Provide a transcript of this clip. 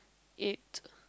it